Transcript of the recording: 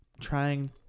trying